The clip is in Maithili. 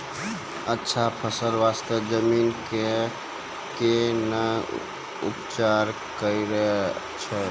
अच्छा फसल बास्ते जमीन कऽ कै ना उपचार करैय छै